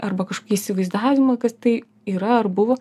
arba kažkokį įsivaizdavimą kas tai yra ar buvo